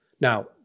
Now